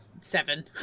seven